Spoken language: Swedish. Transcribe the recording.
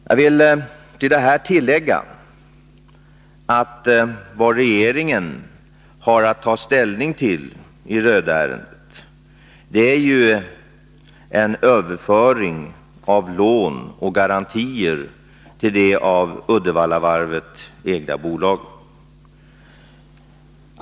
Jag vill tillägga att vad regeringen har att ta ställning till i Röedärendet är en överföring av lån och garantier till det av Uddevallavarvet ägda bolaget.